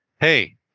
hey